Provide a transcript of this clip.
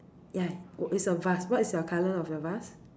ya it's a vase what is your color of your vase